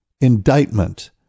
indictment